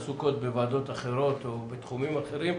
הן עסוקות בוועדות אחרות או בתחומים אחרים.